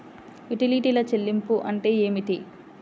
యుటిలిటీల చెల్లింపు అంటే ఏమిటి?